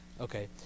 Okay